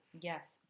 Yes